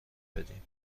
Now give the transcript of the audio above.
بدیم